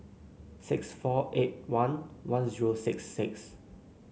six four eight one one zero six six